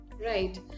Right